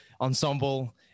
ensemble